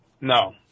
No